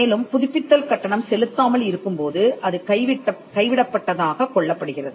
மேலும் புதுப்பித்தல் கட்டணம் செலுத்தாமல் இருக்கும்போது அது கைவிடப்பட்டதாகக் கொள்ளப்படுகிறது